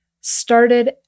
started